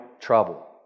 trouble